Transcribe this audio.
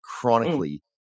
chronically